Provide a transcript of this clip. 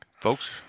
Folks